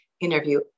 interview